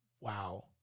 Wow